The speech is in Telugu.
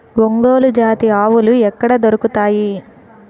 ఒంగోలు జాతి ఆవులు ఎక్కడ దొరుకుతాయి?